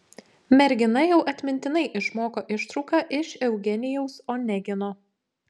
mergina jau atmintinai išmoko ištrauką iš eugenijaus onegino